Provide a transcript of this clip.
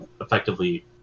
effectively